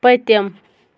پٔتِم